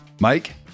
Mike